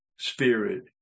spirit